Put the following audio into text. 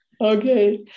Okay